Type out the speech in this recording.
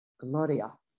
Gloria